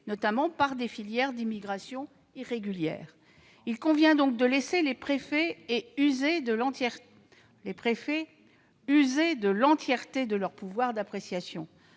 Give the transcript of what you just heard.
notamment par des filières d'immigration irrégulière. Il convient donc de laisser les préfets user de l'entièreté de leur pouvoir d'appréciation,